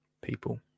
people